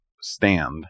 stand